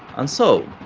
and so,